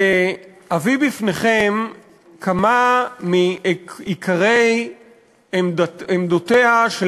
להביא לפניכם כמה מעיקרי עמדותיה של